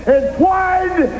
entwined